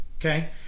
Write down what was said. Okay